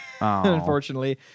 Unfortunately